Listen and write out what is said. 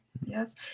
yes